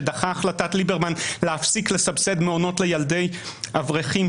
שדחה את החלטת ליברמן להפסיק לסבסד מעונות לילדי אברכים,